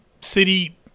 city